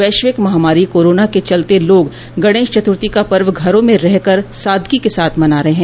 वैश्विक महामारी कोरोना के चलते लोग गणेश चतुर्थी का पर्व घरों में रह कर सादगी के साथ मना रहे हैं